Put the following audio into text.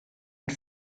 und